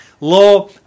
Law